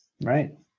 Right